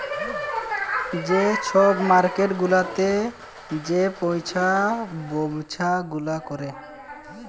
যে ছব মার্কেট গুলাতে যে পইসার ব্যবছা গুলা ক্যরে